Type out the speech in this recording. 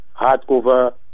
hardcover